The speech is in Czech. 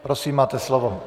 Prosím, máte slovo.